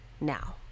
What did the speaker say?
now